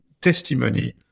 testimony